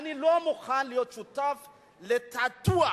אני לא מוכן להיות שותף לתעתוע.